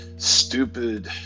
Stupid